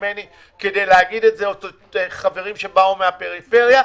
ממני כדי להגיד את זה - חברים שבאו מהפריפריה.